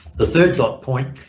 the third dot point,